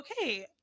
okay